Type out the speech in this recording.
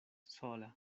sola